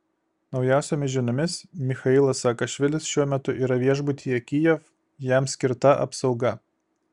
naujausiomis žiniomis michailas saakašvilis šiuo metu yra viešbutyje kijev jam skirta apsauga